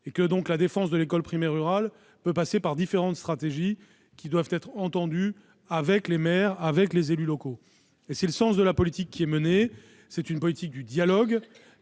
à l'autre. La défense de l'école primaire rurale peut passer par différentes stratégies qui doivent être déterminées avec les maires, avec les élus locaux. Tel est le sens de la politique menée. C'est une politique du dialogue.